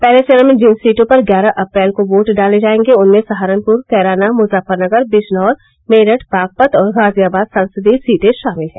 पहले चरण में जिन सीटों पर ग्यारह अप्रैल को वोट डाले जायेंगे उनमें सहारनपुर कैराना मुजफ्फरनगर बिजनौर मेरठ बागपत और गाजियाबाद संसदीय सीटें शामिल हैं